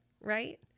right